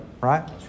right